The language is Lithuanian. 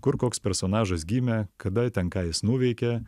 kur koks personažas gimė kada ten ką jis nuveikė